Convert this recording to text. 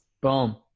Boom